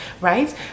right